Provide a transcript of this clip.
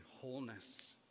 wholeness